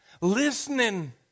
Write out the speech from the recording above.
Listening